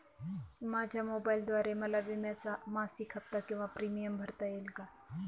माझ्या मोबाईलद्वारे मला विम्याचा मासिक हफ्ता किंवा प्रीमियम भरता येईल का?